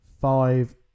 five